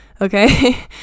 okay